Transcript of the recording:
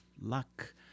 luck